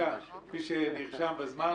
מי שנרשם בזמן,